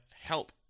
help